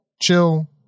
chill